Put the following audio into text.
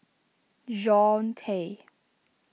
Jean Tay